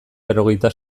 berrogeita